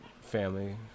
family